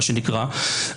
מה שנקרא,